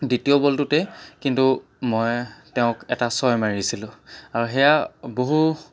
দ্বিতীয় বলটোতে কিন্তু মই তেওঁক এটা ছয় মাৰিছিলোঁ আৰু সেইয়া বহু